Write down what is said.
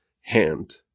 hand